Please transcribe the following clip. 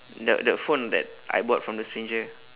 the the phone that I bought from the stranger